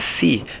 see